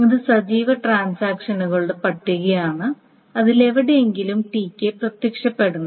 ഇത് സജീവ ട്രാൻസാക്ഷനുകളുടെ പട്ടികയാണ് അതിൽ എവിടെയെങ്കിലും Tk പ്രത്യക്ഷപ്പെടണം